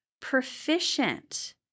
proficient